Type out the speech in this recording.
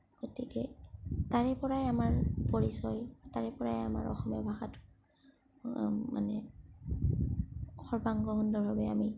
গতিকে তাৰে পৰাই আমাৰ পৰিচয় তাৰে পৰাই আমাৰ অসমীয়া ভাষাটো মানে সৰ্বাংগসুন্দৰ ভাৱে আমি